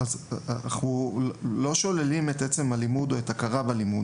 אנחנו לא שוללים את עצם הלימוד או את ההכרה בלימוד,